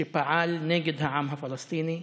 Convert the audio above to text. שפעל נגד העם הפלסטיני,